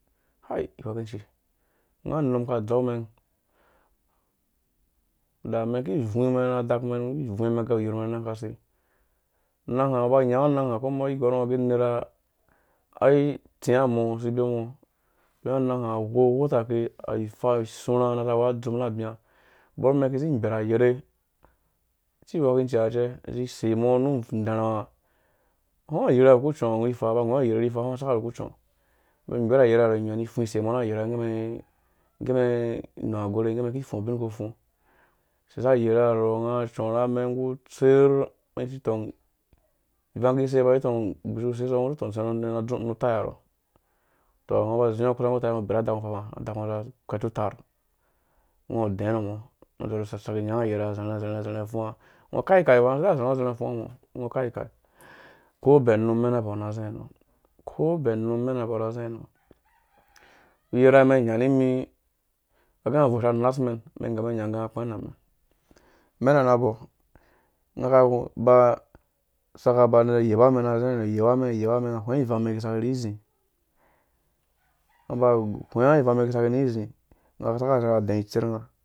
Hai weciki nga num ka dzeu mɛn da mɛn ki bvu mɛn adak mɛn ki bvu mɛn agau iyorh mɛn nã nan akase, nãn hã ngɔ ba nyɔ ananha ko mbɔ gɔrh ngɔ gɛ anerh ai-tsiya mɔ ngɔ si bemu ngɔ don anang ha awu ghoghota ke awu ifaa isurha na va we adzum borh mɛ kizi gberh ayerhe asu wekinciya cɛ izi sei mɔ nuf nderunga ngɔ hwengɔ ayerhe ha awu ku cɔɔ ifaa nggu ayerhe saka wu ku cɔɔ mɛn ba igberh ayerha nɔ ni fu sei mo na ayerha ngge mɛ ngge mɛ nu agwerhe ngge mɛ ki kpo ubin ku fu seisa ayerha nɔ nga corha man nggu tserh mɛn vi tong ivang kise mɛn vi tong ngɔ ba si tɔng bishu seisa ngɔ zi tong tsi nu dzu nu taiya nɔ tɔ ngɔ ba ziɔ kusa nggu tai ha ngɔ bera adak ngɔ fa fu za kwet bru tarh ngɔ dɛ rho mɔ ngɔ dɔrhu so nyanga ayerha zerhu, zerhu zerhu fuwa ngɔ kai ikai ngɔ side iya zerhu zerhu fuɔ mɔ ngɔ kai kai ko bɛn num mɛna bo mɔ na zɛ nɔ uyerhamɛn nya nimi agɛ nga vosha nasmen mɛn nga mɛna na bo nga ka ba saka ba yeba mɛn na hwenga ivang mɛnki saki ni zi aba hwenga ivanga mɛn ki saki ni zi nga saka za da iɔ itserh nga